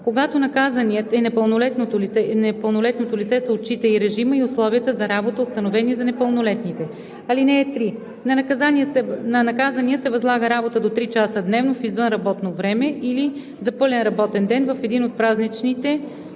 Когато наказаният е непълнолетното лице се отчита и режима и условията за работа, установени за непълнолетните. (3) На наказания се възлага работа до три часа дневно в извънработно време или за пълен работен ден в един от празничните или